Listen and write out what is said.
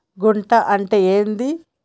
గుంట అంటే ఏంది?